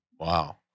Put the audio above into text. Wow